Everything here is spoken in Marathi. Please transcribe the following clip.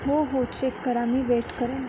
हो हो चेक करा मी वेट करेन